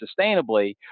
sustainably